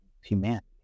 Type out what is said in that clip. humanity